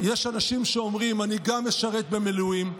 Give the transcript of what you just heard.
יש אנשים שאומרים: אני גם משרת במילואים,